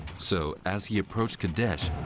so, as he approached kadesh,